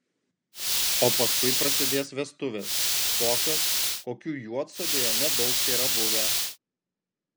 o paskui prasidės vestuvės tokios kokių juodsodėje nedaug tėra buvę